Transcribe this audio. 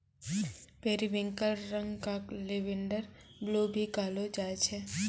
periwinkle रंग क lavender blue भी कहलो जाय छै